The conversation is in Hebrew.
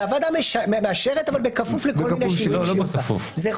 והוועדה מאשרת אבל בכפוף לכל מיני שינויים שהיא עושה.